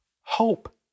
hope